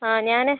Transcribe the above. ആ ഞാൻ